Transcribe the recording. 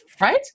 right